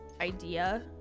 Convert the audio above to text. idea